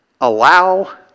allow